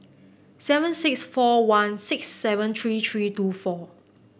seven six four one six seven three three two four